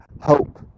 hope